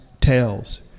tales